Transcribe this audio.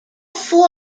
four